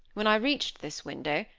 when i reached this window,